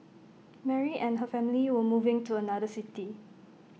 Mary and her family were moving to another city